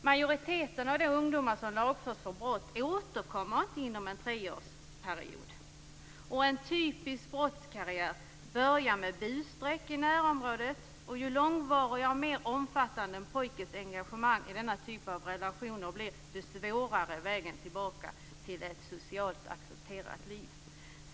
Majoriteten av de ungdomar som lagförs för brott återkommer inte inom en treårsperiod. En typisk brottskarriär börjar med busstreck i närområdet. Ju mer långvarigt och mer omfattande en pojkes engagemang i denna typ av relationer blir, ju svårare är vägen tillbaka till ett socialt accepterat liv.